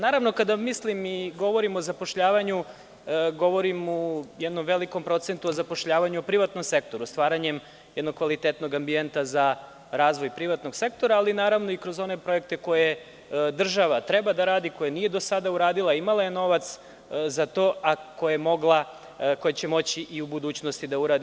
Naravno, kada govorim o zapošljavanju, govorim o jednom velikom procentu zapošljavanja u privatnom sektoru, stvaranjem jednog kvalitetnog ambijenta za razvoj privatnog sektora, ali naravno i kroz one projekte koje država treba da radi, koje nije do sada uradila, imala je novac za to, a koji će moći i u budućnosti da uradi.